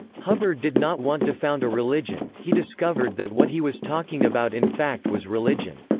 hubbard did not want to found a religion he discovered that what he was talking about in fact was religion.